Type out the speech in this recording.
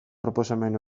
proposamen